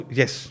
yes